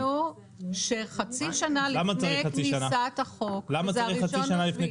אנחנו התחייבנו שחצי שנה לפני כניסת החוק לתוקף --- למה צריך חצי שנה?